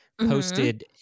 posted